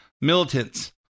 militants